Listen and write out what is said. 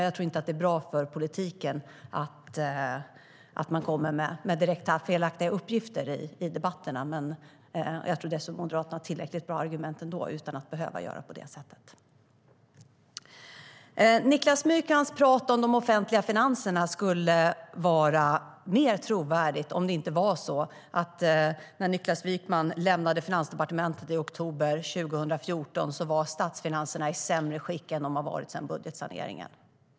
Jag tror inte att det är bra för politiken att man kommer med direkt felaktiga uppgifter i debatterna, och jag tror dessutom att Moderaterna har tillräckligt bra argument utan att behöva göra på det sättet. Niklas Wykman och hans prat om de offentliga finanserna skulle vara mer trovärdigt om det inte var så att statsfinanserna var i sämre skick än de har varit sedan budgetsaneringen när Niklas Wykman lämnade Finansdepartementet i oktober 2014.